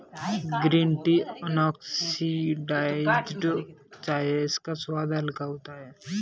green tea unoxidised चाय है इसका स्वाद हल्का होता है